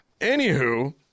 Anywho